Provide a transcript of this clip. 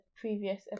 previous